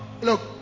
Look